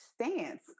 stance